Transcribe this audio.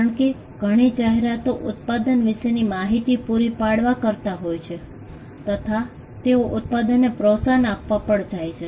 કારણ કે ઘણી જાહેરાતો ઉત્પાદન વિશેની માહિતી પૂરી પાડવા કરતા હોય છે તથા તેઓ ઉત્પાદનને પ્રોત્સાહન આપવા પણ જાય છે